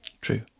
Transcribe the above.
True